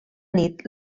nit